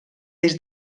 des